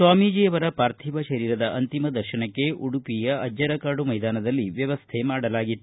ಸ್ವಾಮೀಜಿಯವರ ಪಾರ್ಥಿವ ಶರೀರದ ಅಂತಿಮ ದರ್ಶನಕ್ಕೆ ಉಡುಪಿಯ ಅಜ್ಜರಕಾಡು ಮೈದಾನದಲ್ಲಿ ವ್ಯವಸ್ಥೆ ಮಾಡಲಾಗಿತ್ತು